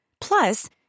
Plus